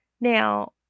Now